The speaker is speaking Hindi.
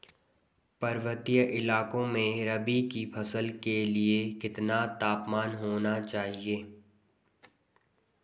पर्वतीय इलाकों में रबी की फसल के लिए कितना तापमान होना चाहिए?